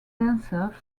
dancers